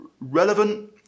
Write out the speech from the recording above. Relevant